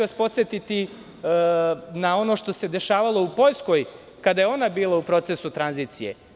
vas na ono što se dešavalo u Poljskoj kada je ona bila u procesu tranzicije.